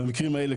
במקרים כאלה,